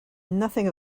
nothing